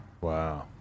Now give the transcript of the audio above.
Wow